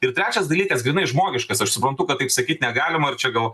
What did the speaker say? ir trečias dalykas grynai žmogiškas aš suprantu kad taip sakyt negalima ir čia gal